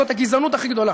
זאת הגזענות הכי גדולה,